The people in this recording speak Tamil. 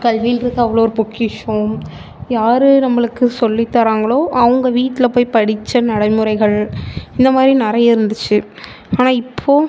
கல்வின்றது அவ்வளோ ஒரு பொக்கிஷம் யாரு நம்மளுக்கு சொல்லித்தராங்களோ அவங்க வீட்டில் போய் படித்த நடைமுறைகள் இந்த மாதிரி நிறையா இருந்துச்சு ஆனால் இப்போது